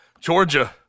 Georgia